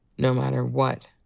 no matter what,